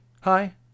hi